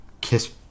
kiss